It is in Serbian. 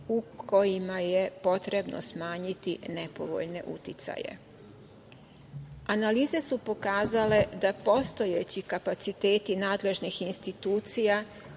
u kojima je potrebno smanjiti nepovoljne uticaje. Analize su pokazale da postojeći kapaciteti nadležnih institucija